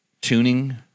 tuning